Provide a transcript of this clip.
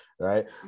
right